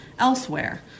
Elsewhere